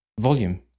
volume